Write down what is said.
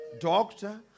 doctor